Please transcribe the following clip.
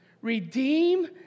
redeem